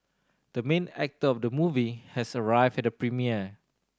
the main actor of the movie has arrived at the premiere